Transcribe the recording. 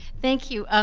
thank you. um,